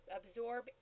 absorb